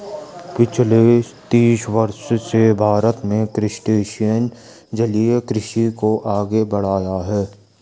पिछले तीस वर्षों से भारत में क्रस्टेशियन जलीय कृषि को आगे बढ़ाया है